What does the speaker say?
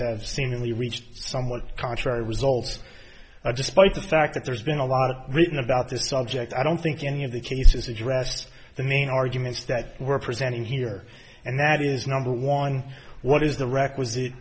have seemingly reached somewhat contrary results despite the fact that there's been a lot written about this subject i don't think any of the cases addressed the main arguments that were presenting here and that is number one what is the requisite